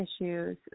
issues